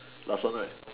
last one right